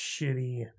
shitty